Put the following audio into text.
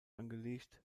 angelegt